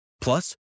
Plus